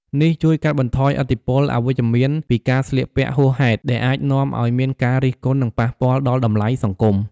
នេះជួយកាត់បន្ថយឥទ្ធិពលអវិជ្ជមានពីការស្លៀកពាក់ហួសហេតុ ដែលអាចនាំឱ្យមានការរិះគន់ និងប៉ះពាល់ដល់តម្លៃសង្គម។